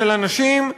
של אנשים,